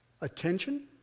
attention